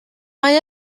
mae